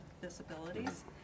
disabilities